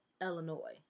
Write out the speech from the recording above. Illinois